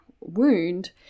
wound